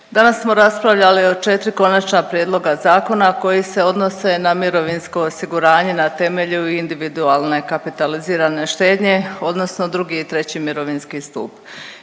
Danas smo raspravljali o 4 konačna prijedloga zakona koji se odnose na mirovinsko osiguranje na temelju individualne kapitalizirane štednje odnosno drugi i treći mirovinski stup.